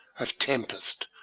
of tempest,